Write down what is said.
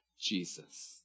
Jesus